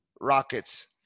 Rockets